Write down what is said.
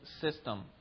system